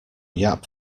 yap